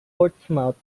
portsmouth